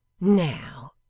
Now